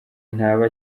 ntaba